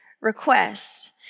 request